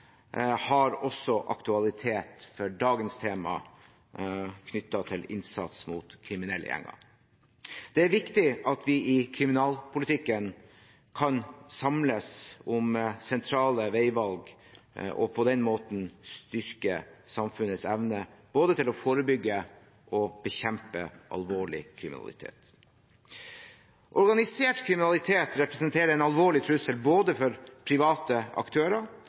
har også aktualitet for dagens tema knyttet til innsats mot kriminelle gjenger. Det er viktig at vi i kriminalpolitikken kan samles om sentrale veivalg og på den måten styrke samfunnets evne til både å forebygge og bekjempe alvorlig kriminalitet. Organisert kriminalitet representerer en alvorlig trussel for både private aktører,